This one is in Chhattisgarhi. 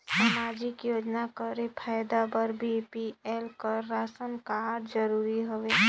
समाजिक योजना कर फायदा बर बी.पी.एल कर राशन कारड जरूरी हवे?